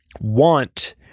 want